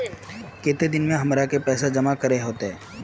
केते दिन में हमरा के पैसा जमा करे होते?